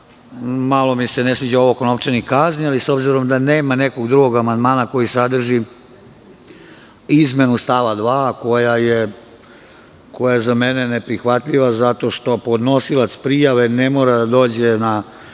Malo mi se ne sviđa ovo oko novčanih kazni, ali s obzirom da nema nekog drugog amandmana koji sadrži izmenu stava 2. koja je za mene neprihvatljiva zato što podnosilac prijave ne mora da dođe na